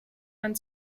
man